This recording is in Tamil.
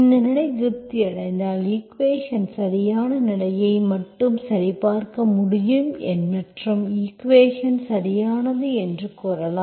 இந்த நிலை திருப்தி அடைந்தால் ஈக்குவேஷன்ஸ் சரியான நிலையை மட்டுமே சரிபார்க்க முடியும் மற்றும் ஈக்குவேஷன்ஸ் சரியானது என்று கூறலாம்